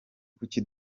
kuki